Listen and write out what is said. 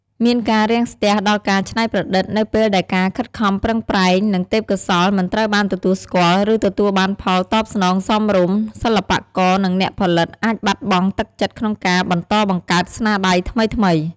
មានការរាំងស្ទះដល់ការច្នៃប្រឌិតនៅពេលដែលការខិតខំប្រឹងប្រែង និងទេពកោសល្យមិនត្រូវបានទទួលស្គាល់ ឬទទួលបានផលតបស្នងសមរម្យ សិល្បករ និងអ្នកផលិតអាចបាត់បង់ទឹកចិត្តក្នុងការបន្តបង្កើតស្នាដៃថ្មីៗ។